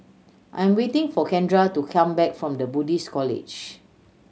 I'm waiting for Kendra to come back from The Buddhist College